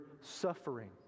suffering